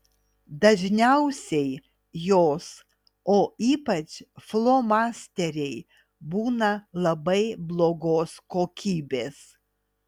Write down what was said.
dažniausiai jos o ypač flomasteriai būna labai blogos kokybės